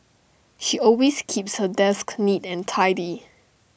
she always keeps her desk neat and tidy